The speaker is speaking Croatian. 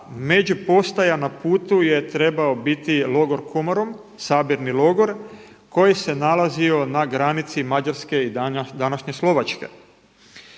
međupostaja na putu je trebao biti logor Komorom, sabirni logor koji se nalazio na granici Mađarske i današnje Slovačke.